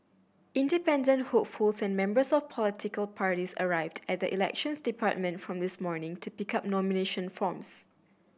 independent hopefuls and members of political parties arrived at the Elections Department from this morning to pick up nomination forms